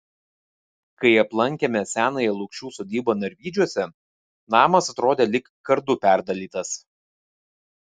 kai aplankėme senąją lukšų sodybą narvydžiuose namas atrodė lyg kardu perdalytas